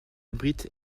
abrite